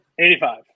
85